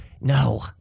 No